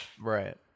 Right